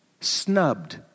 Snubbed